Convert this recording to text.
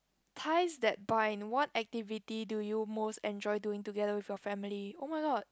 ties that bind what activity do you most enjoy doing together with your family oh-my-god